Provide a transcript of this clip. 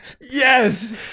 Yes